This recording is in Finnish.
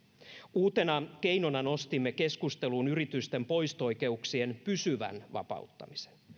uutena keinona nostimme keskusteluun yritysten poisto oikeuksien pysyvän vapauttamisen